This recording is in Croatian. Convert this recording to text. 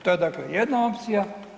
To je dakle jedna opcija.